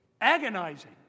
agonizing